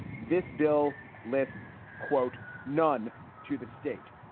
this bill lists, quote, none to the state.